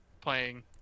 playing